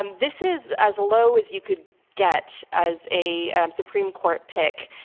and this is as low as you could get, as a supreme court pick,